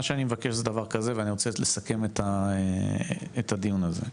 מה שאני מבקש זה דבר כזה ואני רוצה לסכם את הדיון הזה.